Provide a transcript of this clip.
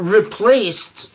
replaced